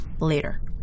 later